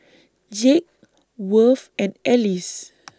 Jake Worth and Alyce